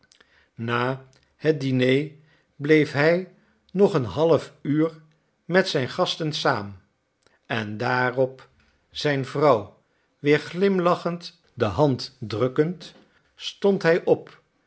na het diner bleef hij nog een half uur met zijn gasten saam en daarop zijn vrouw weer glimlachend de hand drukkend stond hij op